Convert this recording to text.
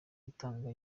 utanga